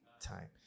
time